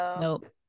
Nope